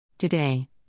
today